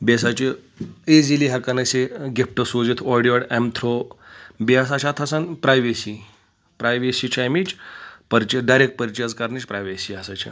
بیٚیہِ ہَسا چھِ ایٖزیٖلی ہؠکَان أسۍ یہِ گِفٹہٕ سوٗزِتھ اورٕ یورٕ امہِ تھرٛوٗ بیٚیہِ ہَسا چھِ اَتھ آسان پرٛایویسی پرٛایویسی چھِ اَمِچ پٔرچ ڈاریکٹ پٔرچیز کَرنٕچ پرٛیویسی ہَسا چھےٚ